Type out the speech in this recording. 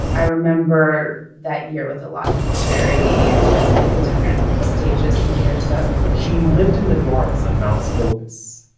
i remember that year with a lot of clarity in terms of like the different stages the year took. she lived in the dorms on mount scopus.